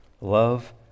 Love